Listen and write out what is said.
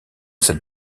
cette